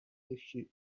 geführt